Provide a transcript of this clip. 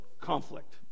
conflict